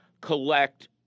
collect